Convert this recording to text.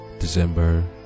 December